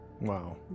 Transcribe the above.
Wow